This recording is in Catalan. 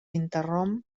interromp